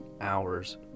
hours